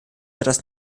etwas